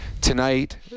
tonight